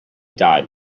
died